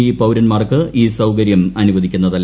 E പൌരൻമാർക്ക് ഈ സൌകര്യം അനുവദിക്കുന്നതല്ല